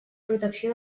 protecció